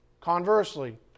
Conversely